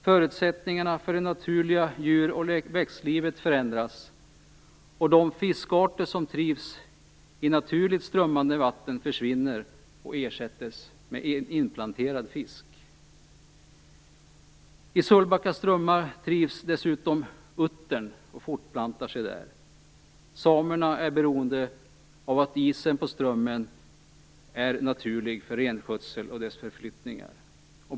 Förutsättningarna för det naturliga djur och växtlivet förändras, och de fiskarter som trivs i naturligt strömmande vatten försvinner och ersätts med inplanterad fisk. I Sölvbacka strömmar trivs dessutom uttern, som fortplantar sig där. Samerna är beroende av att isen på strömmen är naturlig för renskötseln och dess förflyttningar.